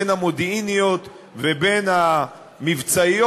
בין המודיעיניות ובין המבצעיות,